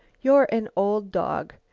you're an old dog.